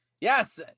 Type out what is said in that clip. yes